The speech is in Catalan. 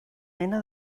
mena